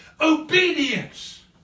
Obedience